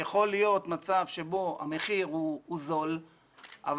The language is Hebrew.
יכול להיות מצב בו המחיר הוא זול אבל